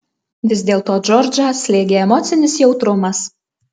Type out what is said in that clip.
vis dėlto džordžą slėgė emocinis jautrumas